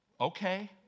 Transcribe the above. okay